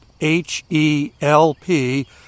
H-E-L-P